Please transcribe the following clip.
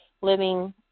living